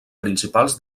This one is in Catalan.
principals